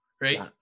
right